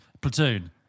Platoon